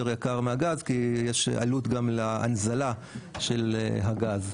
יקר מהגז כי יש עלות גם להנזלה של הגז.